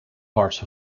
parts